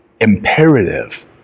imperative